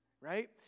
right